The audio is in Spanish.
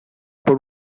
por